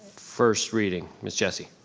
first reading. miss jessie.